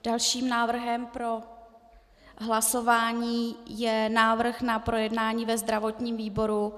Dalším návrhem pro hlasování je návrh na projednání ve zdravotním výboru.